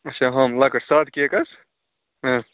اچھا ہم لَکٕٹۍ سادٕ کیک حظ